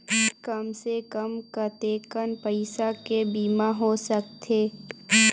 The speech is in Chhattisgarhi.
कम से कम कतेकन पईसा के बीमा हो सकथे?